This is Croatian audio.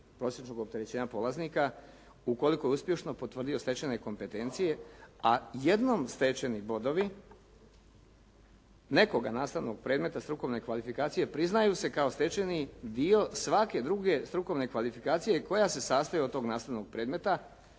prosječnog opterećenja polaznika ukoliko je uspješno potvrdio stečene kompetencije, a jednom stečeni bodovi nekog nastavnog predmeta strukovne kvalifikacije priznaju se kao stečeni dio svake druge strukovne kvalifikacije koja se sastoji od tog nastavnog predmeta,